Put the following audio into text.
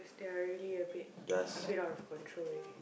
they're really a bit a bit out of control already